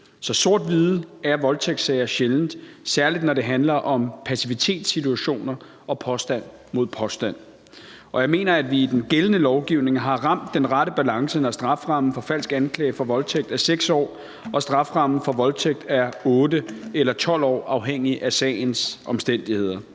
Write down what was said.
Så sort-hvide er voldtægtssager sjældent, særlig når det handler om passivitetssituationer og påstand mod påstand. Jeg mener, at vi i den gældende lovgivning har ramt den rette balance, når strafferammen for falsk anklage for voldtægt er 6 år og strafferammen for voldtægt er 8 eller 12 år afhængig af sagens omstændigheder.